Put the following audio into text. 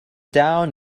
down